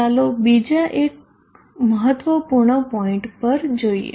ચાલો બીજા એક મહત્વપૂર્ણ પોઈન્ટ પર જોઈએ